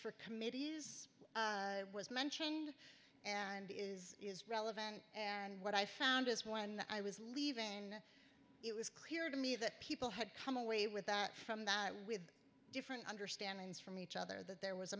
for committees was mentioned and is relevant and what i found is when i was leaving it was clear to me that people had come away with that from that with different understandings from each other that there was a